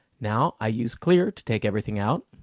now, i use clear to take everything out.